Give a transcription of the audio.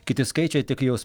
kiti skaičiai tik jos